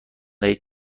دهید